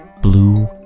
Blue